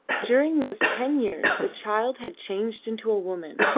during those ten years the child had changed into a woman,